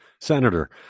Senator